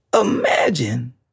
imagine